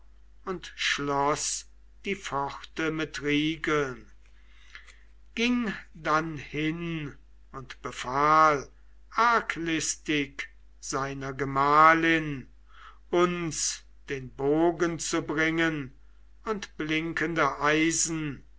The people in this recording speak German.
und schloß die pforte mit riegeln ging dann hin und befahl arglistig seiner gemahlin uns den bogen zu bringen und blinkende eisen